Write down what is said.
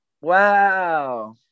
wow